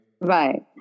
Right